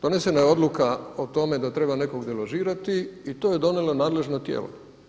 Donesena je odluka o tome da treba nekog deložirati i to je donijelo nadležno tijelo.